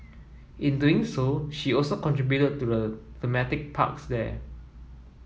in doing so she also contributed to the thematic parks there